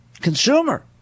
Consumer